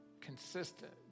consistent